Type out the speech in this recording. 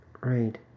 Right